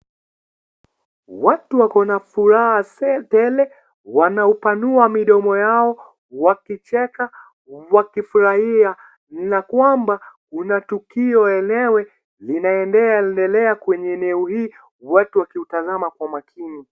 Wako na furaha tele. Wanaupanua midomo yao wakicheka wakifurahia na kwamba kuna tukio linaendelea eneo hili watu wakitazama kwa makini.